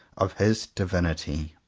of his divinity.